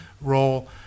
role